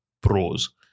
pros